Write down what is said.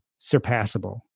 surpassable